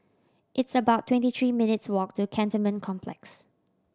it's about twenty three minutes' walk to Cantonment Complex